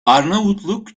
arnavutluk